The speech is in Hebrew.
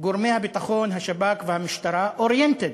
גורמי הביטחון, השב"כ והמשטרה, oriented,